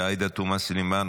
עאידה תומא סלימאן,